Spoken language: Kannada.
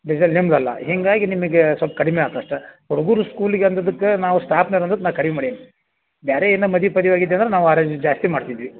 ಡಿಸೇಲ್ ನಿಮ್ಮದಲ್ಲ ಹೀಗಾಗಿ ನಿಮಗೆ ಸ್ವಲ್ಪ ಕಡಿಮೆ ಆಯ್ತ್ ಅಷ್ಟೇ ಹುಡ್ಗರ ಸ್ಕೂಲಿಗೆ ಅಂದಿದ್ದಕ್ಕೆ ನಾವು ಸ್ಟಾಪ್ನೋರ್ ಅಂದಕ್ ನಾನು ಕಡಿಮೆ ಮಾಡೇನಿ ಬೇರೆ ಏನೋ ಮದ್ವಿ ಪದ್ವಿ ಆಗಿದ್ದಂದ್ರೆ ನಾವು ಆ ರೇಂಜಿಗೆ ಜಾಸ್ತಿ ಮಾಡ್ತಿದ್ವಿ